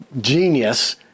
genius